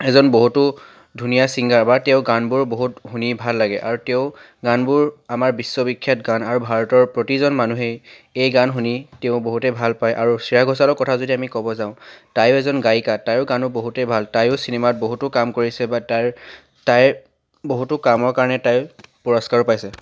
এজন বহুতো ধুনীয়া ছিংগাৰ বা তেওঁৰ গানবোৰ বহুত শুনি ভাল লাগে আৰু তেওঁ গানবোৰ আমাৰ বিশ্ববিখ্যাত গান আৰু ভাৰতৰ প্ৰতিজন মানুহেই এই গান শুনি তেওঁ বহুতেই ভাল পায় আৰু শ্ৰেয়া ঘোষালৰ কথা যদি আমি ক'ব যাওঁ তাই এজন গায়িকা তাইৰো গানো বহুতেই ভাল তায়ো চিনেমাত বহুতো কাম কৰিছে বা তাইৰ তাইৰ বহুতো কামৰ কাৰণে তাই পুৰস্কাৰো পাইছে